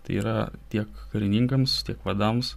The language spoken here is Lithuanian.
tai yra tiek karininkams tiek vadams